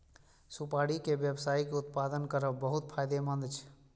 सुपारी के व्यावसायिक उत्पादन करब बहुत फायदेमंद छै